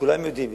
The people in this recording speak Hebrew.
וכולם יודעים,